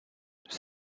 nous